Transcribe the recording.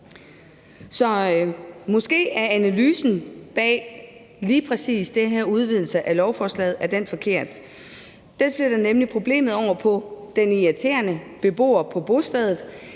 Så måske er analysen bag lige præcis den her udvidelse af lovforslaget forkert. Den flytter nemlig problemet over på den irriterende beboer på et bostedet.